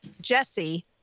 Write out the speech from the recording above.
Jesse